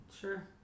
sure